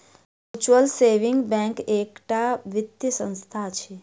mutual saving bank एकटा वित्तीय संस्था अछि